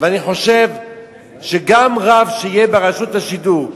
אני חושב שגם רב שיהיה ברשות השידור,